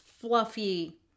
fluffy